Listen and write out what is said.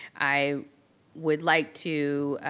i would like to.